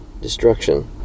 destruction